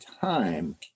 time